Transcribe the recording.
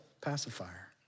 pacifier